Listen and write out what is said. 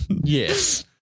Yes